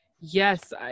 yes